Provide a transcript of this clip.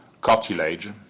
cartilage